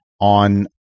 on